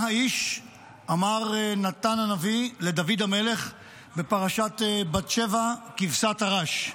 אמר נתן הנביא לדוד המלך בפרשת בת שבע, כבשת הרש.